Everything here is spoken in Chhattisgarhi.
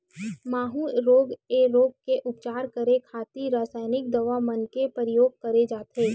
माहूँ रोग ऐ रोग के उपचार करे खातिर रसाइनिक दवा मन के परियोग करे जाथे